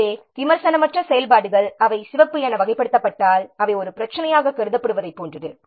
எனவே விமர்சனமற்ற செயல்பாடுகள் அவை சிவப்பு என வகைப்படுத்தப்பட்டால் அவை ஒரு பிரச்சினையாக கருதப்படுவதைப் போன்றது